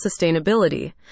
sustainability